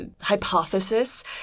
hypothesis